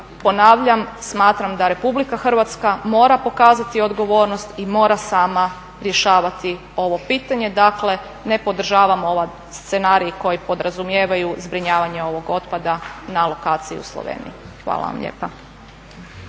ponavljam smatram da Republika Hrvatska mora pokazati odgovornost i mora sama rješavati ovo pitanje. Dakle, ne podržavam ovaj scenarij koji podrazumijevaju zbrinjavanje ovog otpada na lokaciji u Sloveniji. Hvala vam lijepa.